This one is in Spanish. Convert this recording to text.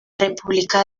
república